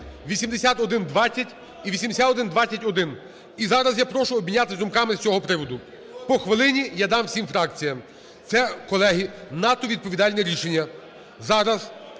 8120 і 8120-1. І зараз я прошу обмінятися думками з цього приводу. По хвилині я дам всім фракціям. Це, колеги, надто відповідальне рішення.